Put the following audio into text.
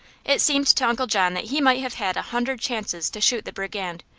it seemed to uncle john that he might have had a hundred chances to shoot the brigand,